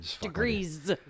Degrees